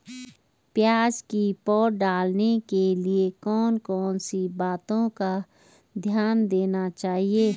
प्याज़ की पौध डालने के लिए कौन कौन सी बातों का ध्यान देना चाहिए?